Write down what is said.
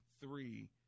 three